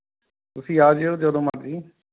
ਤੁਸੀਂ ਆ ਜਾਇਉ ਜਦੋਂ ਮਰਜ਼ੀ